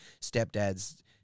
stepdad's